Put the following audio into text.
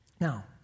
Now